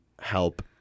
help